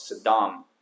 Saddam